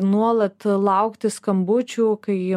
nuolat laukti skambučių kai